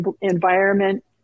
environment